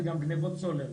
זה גם גניבת סולר.